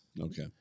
Okay